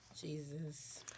Jesus